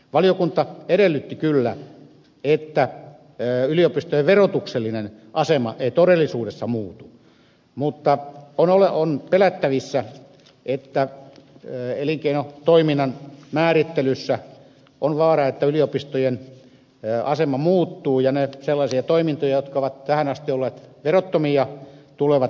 valiokunta edellytti kyllä että yliopistojen verotuksellinen asema ei todellisuudessa muutu mutta on pelättävissä että elinkeinotoiminnan määrittelyssä on vaara että yliopistojen asema muuttuu ja sellaisia toimintoja jotka ovat tähän asti olleet verottomia tulevat veronalaisiksi